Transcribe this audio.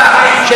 כן,